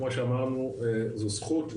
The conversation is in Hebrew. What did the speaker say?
כמו שאמרנו זו זכות,